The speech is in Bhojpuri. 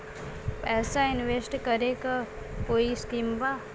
पैसा इंवेस्ट करे के कोई स्कीम बा?